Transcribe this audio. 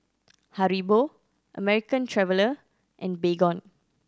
Haribo American Traveller and Baygon